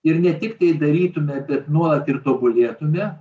ir ne tik tai darytume bet nuolat ir tobulėtume